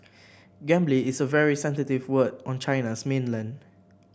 gambling is a very sensitive word on China's mainland